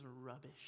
rubbish